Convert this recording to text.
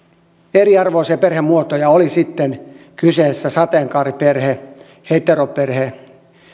eriarvoisia perhemuotoja oli sitten kyseessä sateenkaariperhe heteroperhe